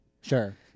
Sure